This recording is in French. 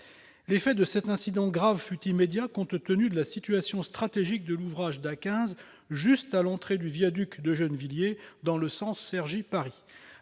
L'effet de cet incident grave fut immédiat, compte tenu de la situation stratégique de cet ouvrage de l'A15, juste à l'entrée du viaduc de Gennevilliers dans le sens Cergy-Paris.